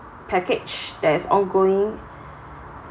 package that is ongoing